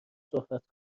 صحبت